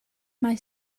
mae